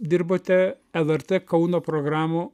dirbote lrt kauno programų